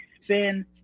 spin